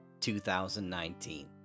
2019